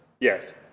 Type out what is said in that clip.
Yes